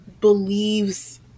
Believes